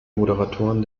moderatoren